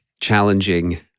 challenging